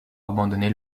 abandonner